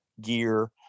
gear